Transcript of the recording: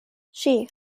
she